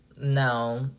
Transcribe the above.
No